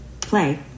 Play